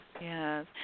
Yes